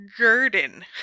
garden